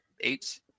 eight